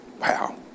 Wow